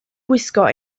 gwisgo